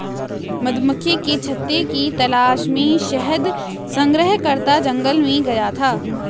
मधुमक्खी के छत्ते की तलाश में शहद संग्रहकर्ता जंगल में गया था